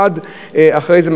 ואחרי זה,